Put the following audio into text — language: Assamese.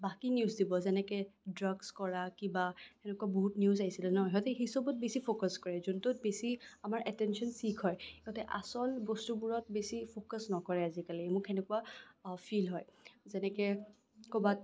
বাকী নিউজ দিব যেনেকে ড্ৰাগছ কৰা কিবা সেনেকুৱা বহুত নিউজ আহিছিলে ন সিহঁতি সেইচবত বেছি ফকাচ কৰে যোনটো বেছি আমাৰ এটেনশ্যন ছিক হয় সিহঁতে আচল বস্তুবোৰত বেছি ফকাচ নকৰে আজিকালি মোক সেনেকুৱা ফিল হয় যেনেকে কবাত